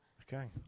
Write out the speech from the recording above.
okay